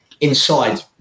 inside